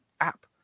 app